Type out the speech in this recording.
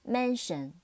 Mention